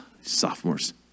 sophomores